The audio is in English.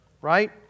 Right